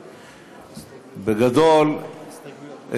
בגדול,